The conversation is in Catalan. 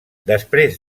després